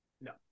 No